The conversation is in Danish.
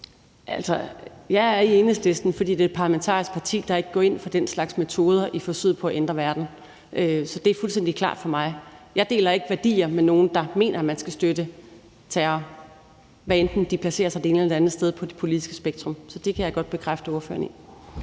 Jeg er i Enhedslisten, fordi det er et parlamentarisk parti, der ikke går ind for den slags metoder i forsøget på at ændre verden. Så det er fuldstændig klart for mig. Jeg deler ikke værdier med nogen, der mener, at man skal støtte terror, hvad enten de placerer sig det ene eller det andet sted på det politiske spektrum. Så det kan jeg godt bekræfte ordføreren i.